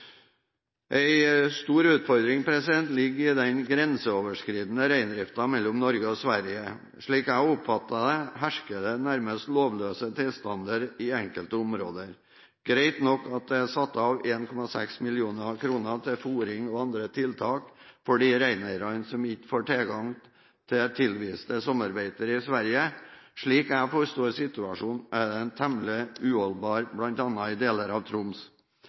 stor utfordring ligger i den grenseoverskridende reindriften mellom Norge og Sverige. Slik jeg har oppfattet det, hersker det nærmest lovløse tilstander i enkelte områder. Det er greit nok at det er satt av 1,6 mill. kr til fôring og andre tiltak for de reineierne som ikke får tilgang til tilviste sommerbeiter i Sverige. Slik jeg forstår situasjonen, er den temmelig uholdbar bl.a. i deler av Troms.